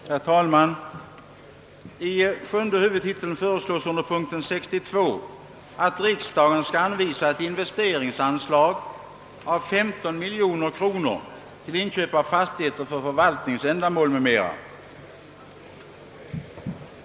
Herr talman! I sjunde huvudtiteln föreslås under punkt 62 att riksdagen skall anvisa ett investeringsanslag av 15 miljoner kronor till inköp av fastigheter för förvaltningsändamål m.m.